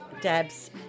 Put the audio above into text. Debs